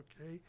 okay